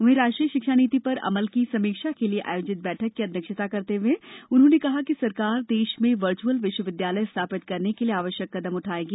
वहींराष्ट्रीय शिक्षा नीति पर अमल की समीक्षा के लिए आयोजित बैठक की अध्यक्षता करते हए उन्होंने कहा कि सरकार देश में वर्च्अल विश्वविदयालय स्थापित करने के लिए आवश्यक कदम उठाएगी